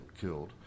killed